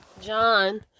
John